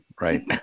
right